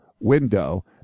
window